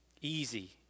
Easy